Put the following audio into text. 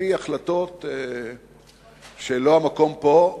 על-פי החלטות שלא המקום פה,